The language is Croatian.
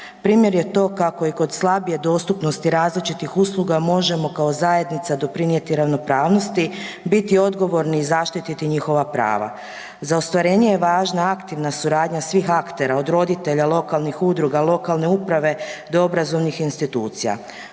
Primjer je to kako i kod slabije dostupnosti različitih usluga možemo kao zajednica doprinijeti ravnopravnosti, biti odgovorni i zaštititi njihova prava. Za ostvarenje je važna aktivna suradnja svih aktera od roditelja, lokalnih udruga, lokalne uprave do obrazovnih institucija.